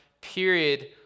period